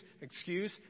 excuse